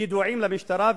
ידועים למשטרה,